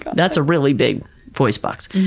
that's a really big voice box.